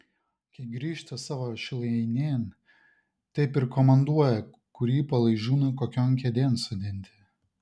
kai grįžta savo šilainėn taip ir komanduoja kurį palaižūną kokion kėdėn sodinti